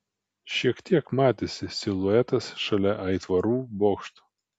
šiek tiek matėsi siluetas šalia aitvarų bokšto